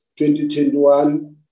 2021